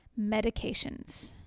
Medications